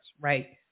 right